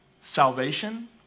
Salvation